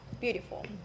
beautiful